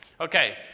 Okay